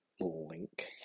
link